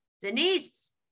Denise